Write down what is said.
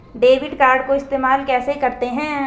Debit card को इस्तेमाल कैसे करते हैं?